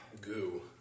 goo